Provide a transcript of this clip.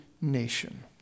nation